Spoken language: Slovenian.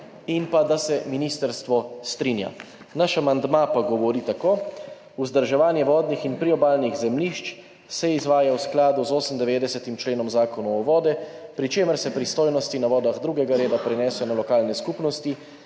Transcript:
in pa ministrstvo se strinja. Naš amandma pa govori tako: »Vzdrževanje vodnih in priobalnih zemljišč se izvaja v skladu z 98. členom Zakona o vodi, pri čemer se pristojnosti na vodah 2. reda prenesejo na lokalne skupnosti,